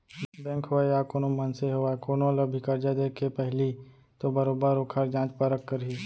bank होवय या कोनो मनसे होवय कोनो ल भी करजा देके पहिली तो बरोबर ओखर जाँच परख करही